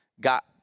got